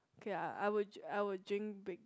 okay I I would I would drink big